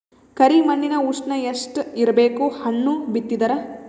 ಕರಿ ಮಣ್ಣಿನ ಉಷ್ಣ ಎಷ್ಟ ಇರಬೇಕು ಹಣ್ಣು ಬಿತ್ತಿದರ?